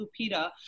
Lupita